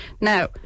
Now